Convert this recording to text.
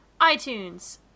iTunes